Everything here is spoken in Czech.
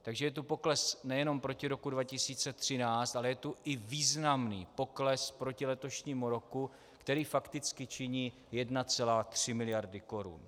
Je tu pokles nejenom proti roku 2013, ale je tu i významný pokles proti letošnímu roku, který fakticky činí 1,3 mld. korun.